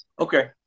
Okay